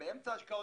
שהם באמצע השקעות,